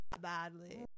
badly